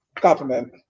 government